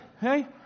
hey